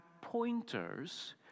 pointers